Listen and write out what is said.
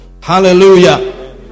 hallelujah